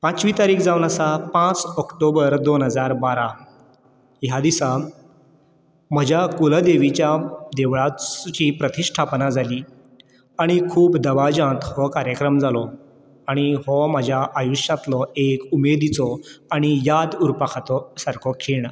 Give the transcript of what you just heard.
पांचवी तारीख जावन आसा पांच ऑक्टोबर दोन हजार बारा ह्या दिसा म्हज्या कुल देवीच्या देवळाची प्रतिश्ठापना जाली आनी खूब दबाज्यांत हो कार्यक्रम जालो आनी हो म्हज्या आयुश्यातलो एक उमेदीचो आनी याद उरपा खातो सारको खीण